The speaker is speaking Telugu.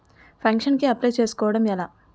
పెన్షన్ కి అప్లయ్ చేసుకోవడం ఎలా?